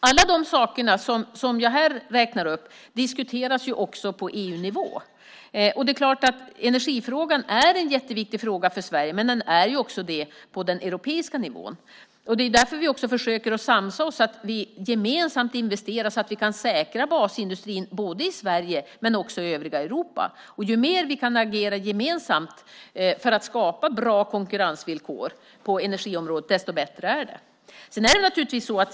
Alla de saker som jag här räknar upp diskuteras också på EU-nivå. Energifrågan är en jätteviktig fråga för Sverige och också på den europeiska nivån. Det är därför vi försöker att ena oss och gemensamt investera så att vi kan säkra basindustrin både i Sverige och i övriga Europa. Ju mer vi kan agera gemensamt för att skapa bra konkurrensvillkor på energiområdet, desto bättre är det.